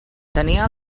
tenia